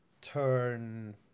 turn